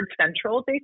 central